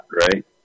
right